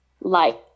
light